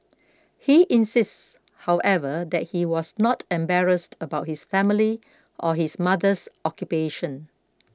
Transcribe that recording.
he insists however that he was not embarrassed about his family or his mother's occupation